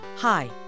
Hi